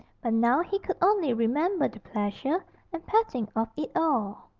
but now he could only remember the pleasure and petting of it all.